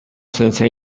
since